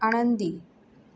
आनंदी